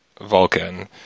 vulcan